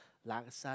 laksa